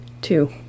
Two